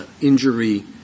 injury